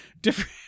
different